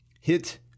hit